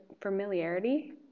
familiarity